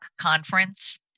conference